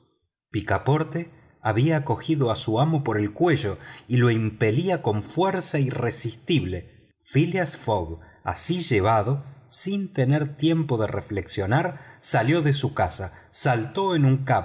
picaporte había tomado a su amo por el cuello y lo impelía con fuerza irresistible phileas fogg así llevado sin tener tiempo de reflexionar salió de su casa saltó en un